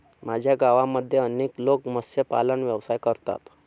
माझ्या गावामध्ये अनेक लोक मत्स्यपालन व्यवसाय करतात